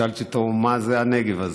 שאלתי אותו: מה זה הנגב הזה?